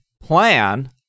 plan